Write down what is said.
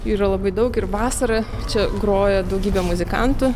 jų yra labai daug ir vasarą čia groja daugybė muzikantų